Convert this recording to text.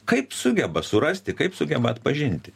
kaip sugeba surasti kaip sugeba atpažinti